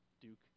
duke